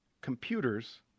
Computers